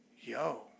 yo